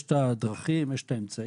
יש את הדרכים, יש את האמצעים,